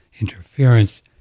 interference